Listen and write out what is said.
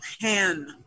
pan